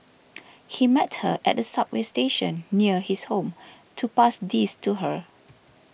he met her at a subway station near his home to pass these to her